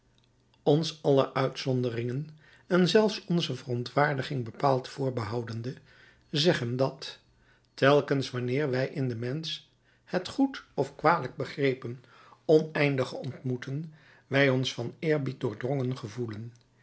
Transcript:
wij ons alle uitzonderingen en zelfs onze verontwaardiging bepaald voorbehoudende zeggen dat telkens wanneer wij in den mensch het goed of kwalijk begrepen oneindige ontmoeten wij ons van eerbied doordrongen gevoelen